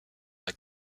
dans